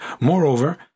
Moreover